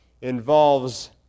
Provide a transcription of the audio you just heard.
involves